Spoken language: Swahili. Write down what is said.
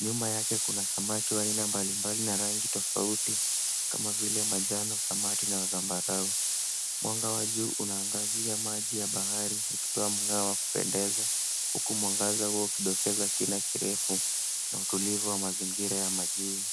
Nyuma yake kuna samaki wa rangi mbalimbali na aina tofauti kama vile manjano, samawati na zambarau. Mwanga wa juu unaangazia maji ya bahari ukitoa mng'ao wakupendeza huku mwangaza huo ukidokeza kina kirefu na utulivu wa mazingira ya majini.